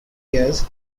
years